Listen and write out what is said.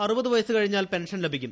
അറുപത് വയസ്സ് കഴിഞ്ഞാൽ പെൻഷൻ ലഭിക്കും